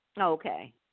Okay